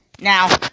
Now